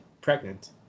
pregnant